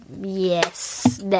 Yes